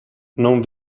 non